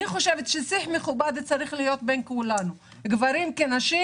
אני חושבת ששיח מכובד צריך להיות בין כולנו גברים ונשים.